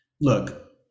look